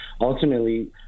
ultimately